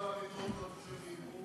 אבל עדיין מספר המיטות לתושבים הוא קטן.